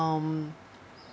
um